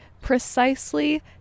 precisely